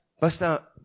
Basta